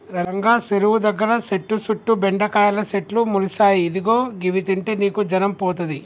రంగా సెరువు దగ్గర సెట్టు సుట్టు బెండకాయల సెట్లు మొలిసాయి ఇదిగో గివి తింటే నీకు జరం పోతది